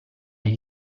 gli